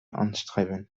anstreben